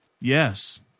Yes